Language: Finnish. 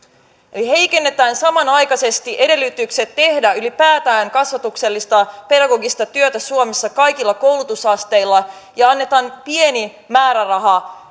eli heikennetään samanaikaisesti edellytyksiä tehdä ylipäätään kasvatuksellista pedagogista työtä suomessa kaikilla koulutusasteilla ja annetaan pieni määräraha